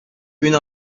une